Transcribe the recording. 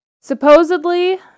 supposedly